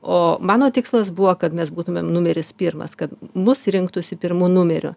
o mano tikslas buvo kad mes būtumėm numeris pirmas kad mus rinktųsi pirmu numeriu